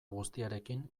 guztiarekin